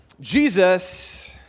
Jesus